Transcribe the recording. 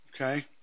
Okay